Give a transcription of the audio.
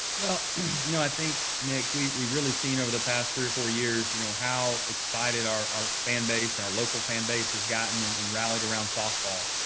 well you know i think, nick, we we've really seen over the past three or four years, you know, how excited our our fan base and our local fan base has gotten and and rallied around softball.